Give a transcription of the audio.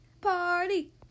Party